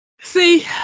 See